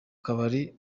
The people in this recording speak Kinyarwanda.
kabari